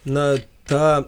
na ta